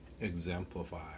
exemplify